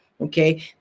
Okay